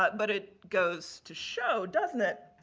but but, it goes to show, doesn't it?